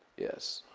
yes.